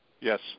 Yes